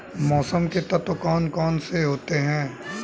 मौसम के तत्व कौन कौन से होते हैं?